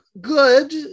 good